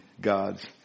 God's